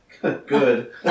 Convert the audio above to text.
Good